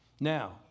Now